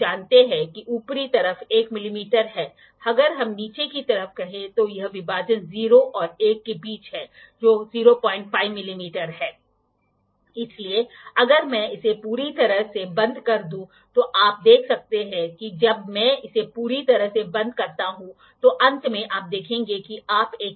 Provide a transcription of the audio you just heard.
least count 2 मुख्य scale division MSD 1 vernier scale division VSD least count 1 ° least count 60 least count 5 तो कभी कभी भ्रम पैदा होता है कि वर्नियर को किस दिशा में पढ़ना है